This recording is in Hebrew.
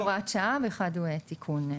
אחד הוראת שעה והשני תיקון.